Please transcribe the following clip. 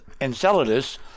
Enceladus